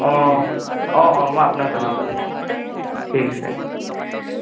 অঁ অঁ অঁ মই আপোনাক জনাম বাৰু ঠিক আছে